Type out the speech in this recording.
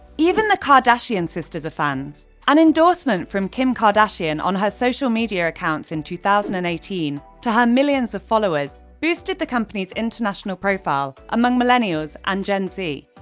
even the kardashian sisters are fans. an endorsement from kim kardashian on her social media accounts in two thousand and eighteen to her millions of followers, boosted the company's international profile among millennials and gen z.